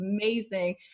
amazing